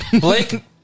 Blake